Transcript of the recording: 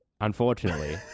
Unfortunately